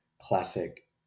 classic